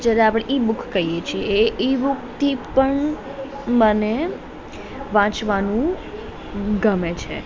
જેને આપણે e book કહીએ છીએ એ ઈ બુકથી પણ મને વાંચવાનું ગમે છે